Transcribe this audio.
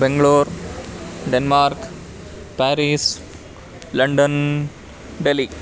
Bangalore Denmark Paris London Delhi